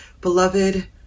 beloved